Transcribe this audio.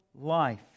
Life